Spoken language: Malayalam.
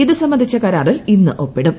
ഇതുസംബന്ധിച്ച കരാറിന് ഇന്ന് ഒപ്പിടും